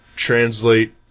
translate